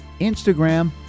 Instagram